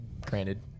granted